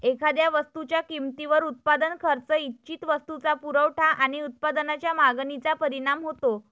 एखाद्या वस्तूच्या किमतीवर उत्पादन खर्च, इच्छित वस्तूचा पुरवठा आणि उत्पादनाच्या मागणीचा परिणाम होतो